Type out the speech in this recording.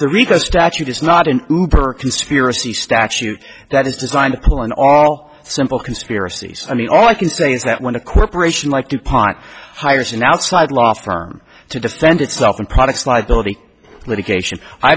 the rico statute is not an conspiracy statute that is designed in all simple conspiracies i mean all i can say is that when a corporation like dupont hires an outside law firm to defend itself in products liability litigation i